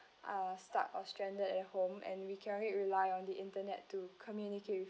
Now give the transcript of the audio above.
uh stuck or stranded at home and we can only rely on the internet to communicate with